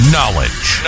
Knowledge